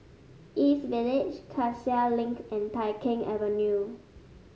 East Village Cassia Link and Tai Keng Avenue